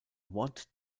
want